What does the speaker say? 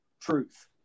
truth